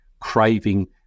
craving